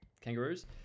Kangaroos